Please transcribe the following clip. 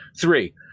Three